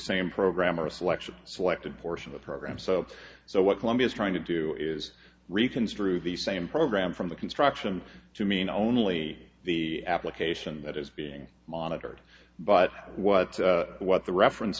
a selection selected portion of a program so so what columbia is trying to do is reconsider the same program from the construction to mean only the application that is being monitored but what what the reference